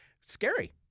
scary